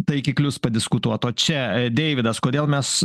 taikiklius padiskutuot o čia deividas kodėl mes